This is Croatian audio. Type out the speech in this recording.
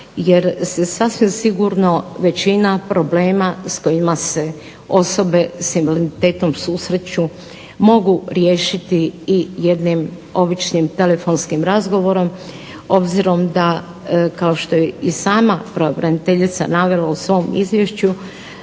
jer se sasvim sigurno većina problema s kojima se osobe s invaliditetom susreću mogu riješiti i jednim običnim telefonskim razgovorom, obzirom da kao što je i sama pravobraniteljica navela u svom izvješću